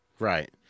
Right